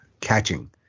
catching